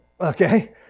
Okay